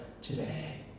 today